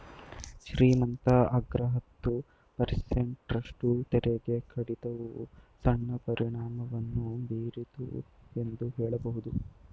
ಶ್ರೀಮಂತ ಅಗ್ರ ಹತ್ತು ಪರ್ಸೆಂಟ್ ರಷ್ಟು ತೆರಿಗೆ ಕಡಿತವು ಸಣ್ಣ ಪರಿಣಾಮವನ್ನು ಬೀರಿತು ಎಂದು ಹೇಳಬಹುದು